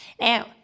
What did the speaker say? Now